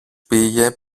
πήγε